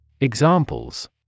Examples